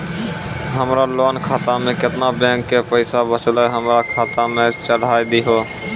हमरा लोन खाता मे केतना बैंक के पैसा बचलै हमरा खाता मे चढ़ाय दिहो?